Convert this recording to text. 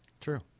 True